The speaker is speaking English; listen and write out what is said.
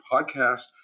podcast